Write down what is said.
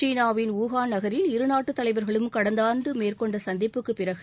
சீனாவின் ஊஹான் நகரில் இருநாட்டுத் தலைவர்களும் கடந்த ஆண்டு மேற்கொண்ட சந்திப்புக்கு பிறகு